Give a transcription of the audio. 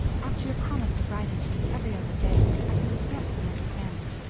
after your promise of writing to me every other day, i can scarcely understand it.